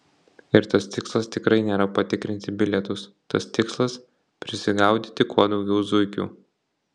ir tas tikslas tikrai nėra patikrinti bilietus tas tikslas prisigaudyti kuo daugiau zuikių